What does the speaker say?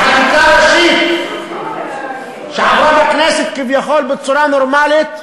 בחקיקה ראשית, שעברה בכנסת כביכול בצורה נורמלית,